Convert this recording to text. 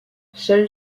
seule